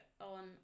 on